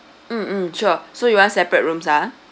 mm mm sure so you want separate rooms uh